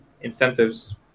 incentives